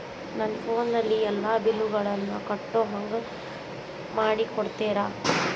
ನನ್ನ ಫೋನಿನಲ್ಲೇ ಎಲ್ಲಾ ಬಿಲ್ಲುಗಳನ್ನೂ ಕಟ್ಟೋ ಹಂಗ ಮಾಡಿಕೊಡ್ತೇರಾ?